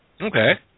Okay